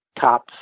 top